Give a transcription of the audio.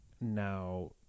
now